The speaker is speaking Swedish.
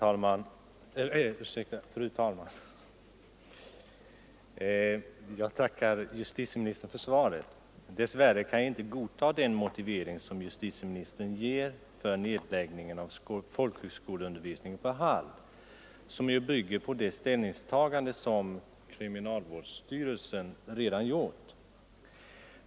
Fru talman! Jag tackar justitieministern för svaret. Dess värre kan jag inte godta den motivering som justitieministern ger för nedläggning av folkhögskolundervisningen vid Hall, som bygger på ett ställningstagande som kriminalvårdsstyrelsen redan gjort.